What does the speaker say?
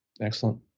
Excellent